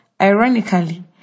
Ironically